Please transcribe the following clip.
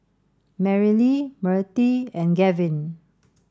Merrilee Mirtie and Gavyn